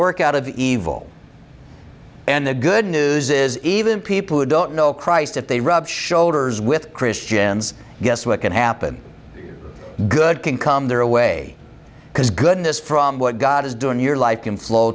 work out of evil and the good news is even people who don't know christ if they rub shoulders with christians guess what can happen good can come their way because goodness from what god is doing your life can flow